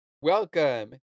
welcome